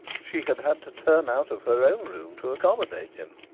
she had had to turn out of her own room to accommodate him,